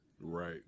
Right